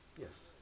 Yes